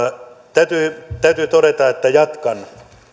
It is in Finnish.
täytyy täytyy todeta että jatkan vielä